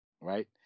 right